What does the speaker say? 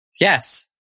Yes